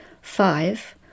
five